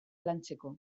lantzeko